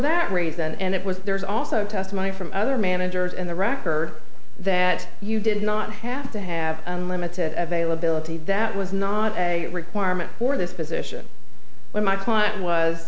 that raise and it was theirs also testimony from other managers and the record that you did not have to have unlimited availability that was not a requirement for this position when my client was